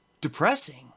depressing